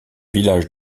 village